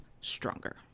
stronger